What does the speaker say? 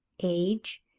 age,